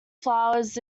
flowers